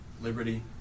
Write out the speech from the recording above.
liberty